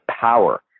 power